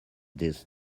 these